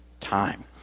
time